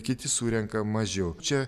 kiti surenka mažiau čia